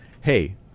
hey